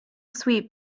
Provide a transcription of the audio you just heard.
sweet